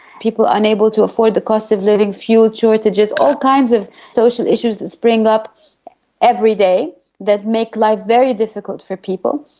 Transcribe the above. people are unable to afford the cost of living, fuel shortages, all kinds of social issues that spring up every day that make life very difficult for people.